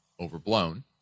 overblown